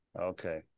Okay